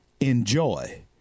enjoy